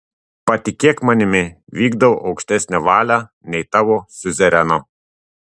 patikėk manimi vykdau aukštesnę valią nei tavo siuzereno